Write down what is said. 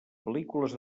pel·lícules